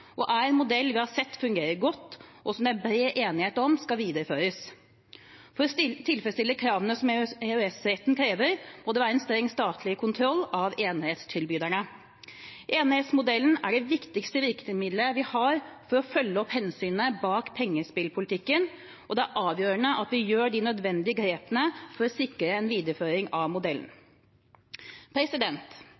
er en modell vi har sett fungere godt, og som det er bred enighet om skal videreføres. For å tilfredsstille kravene som EØS-retten krever, må det være en streng statlig kontroll av enerettstilbyderne. Enerettsmodellen er det viktigste virkemiddelet vi har for å følge opp hensynene bak pengespillpolitikken, og det er avgjørende at vi gjør de nødvendige grepene for å sikre en videreføring av modellen.